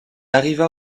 arriva